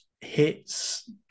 hits